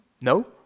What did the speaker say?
No